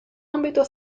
ambito